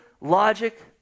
logic